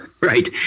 right